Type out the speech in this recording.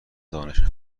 دانش